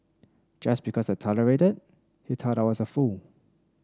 just because I tolerated he thought I was a fool